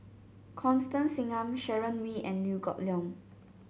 Constance Singam Sharon Wee and Liew Geok Leong